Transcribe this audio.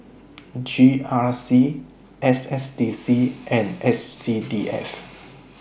G R C S S D C and S C D F